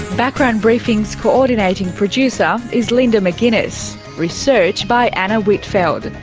background briefing's coordinating producer is linda mcginness, research by anna whitfeld,